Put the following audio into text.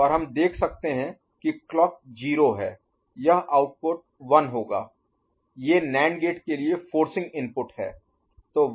और हम देख सकते हैं कि क्लॉक 0 है यह आउटपुट 1 होगा ये नैंड NAND गेट के लिए फोर्सिंग इनपुट हैं